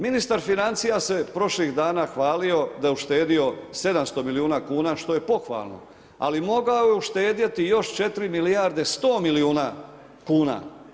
Ministar financija se prošlih dana hvalio da je uštedio 700 milijuna kuna što je pohvalno, ali mogao je uštedjeti još 4 milijarde 100 milijuna kuna.